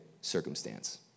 circumstance